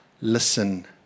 Listen